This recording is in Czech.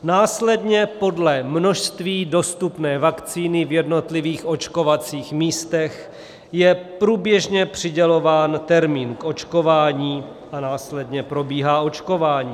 Následně je podle množství dostupné vakcíny v jednotlivých očkovacích místech průběžně přidělován termín k očkování a následně probíhá očkování.